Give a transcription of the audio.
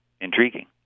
intriguing